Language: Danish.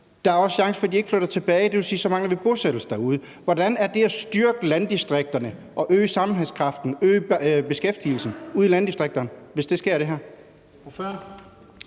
Der er også en chance for, at de ikke flytter tilbage. Det vil så sige, at vi mangler bosættelse derude. Hvordan kan det styrke landdistrikterne, øge sammenhængskraften, og øge beskæftigelsen ude i landdistrikterne, hvis der sker det her?